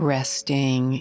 Resting